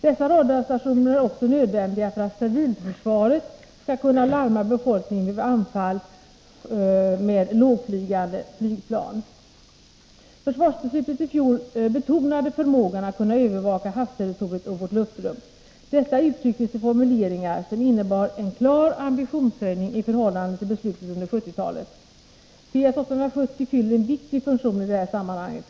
Dessa radarstationer är också nödvändiga för att civilförsvaret skall kunna larma befolkningen vid anfall med lågtflygande flygplan. Försvarsbeslutet i fjol betonade förmågan att kunna övervaka havsterritoriet och vårt luftrum. Detta uttrycktes i formuleringar som innebar en klar ambitionshöjning i förhållande till besluten under 1970-talet. PS-870 fyller en viktig funktion i detta sammanhang.